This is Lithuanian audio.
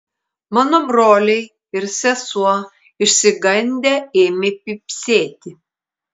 mano broliai ir sesuo išsigandę ėmė pypsėti